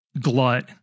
glut